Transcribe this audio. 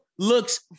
looks